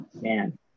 man